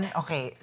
okay